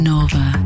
Nova